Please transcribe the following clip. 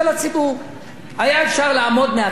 היה אפשר לעמוד מהצד ולהגיד,